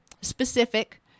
specific